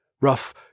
rough